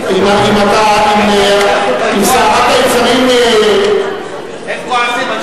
אם סערת היצרים, הם כועסים.